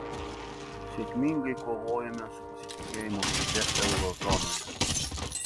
sėkmingai kovojome su pasitikėjimo krize euro zonoje